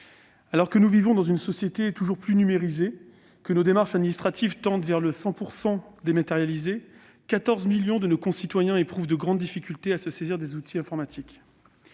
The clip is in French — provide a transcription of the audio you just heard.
alors que nous vivons dans une société toujours plus numérisée, que nos démarches administratives tendent vers le 100 % dématérialisé, 14 millions de nos concitoyens éprouvent de grandes difficultés à se saisir des outils informatiques.